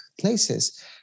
places